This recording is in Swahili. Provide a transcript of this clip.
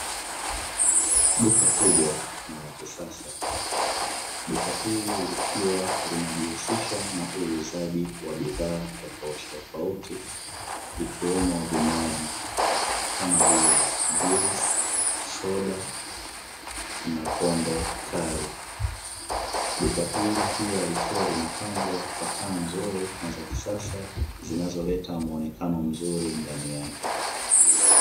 Duka kubwa na la kisasa. Duka hili likiwa linajihusisha na uuzaji wa bidhaa tofautitofauti, ikiwemo vinywaji, kama vile juisi, soda, na pombe kali. Duka hili pia likiwa limepambwa kwa taa nzuri na za kisasa zinazoleta muonekano mzuri ndani yake.